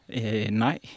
Nej